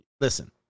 listen